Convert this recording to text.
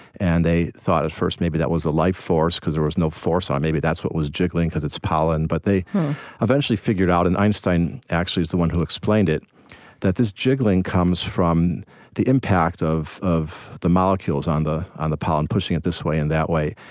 and they thought at first maybe that was a life force because there was no force on it, maybe that's what was jiggling because it's pollen but they eventually figured out and einstein actually is the one who explained it that this jiggling comes from the impact of of the molecules on the on the pollen, pushing it this way and that way.